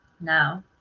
now